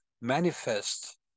manifest